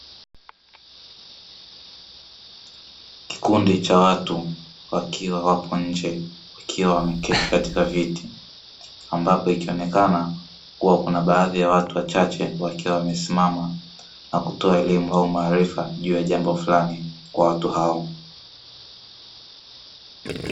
Kikundi cha watu wakiwa wapo nje wakiwa wameketi katika viti ambapo ikionekana kuwa kuna baadhi ya watu wachache wakiwa wamesimama na kutoa elimu au maarifa juu ya jambo fulani kwa watu hao.